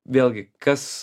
vėlgi kas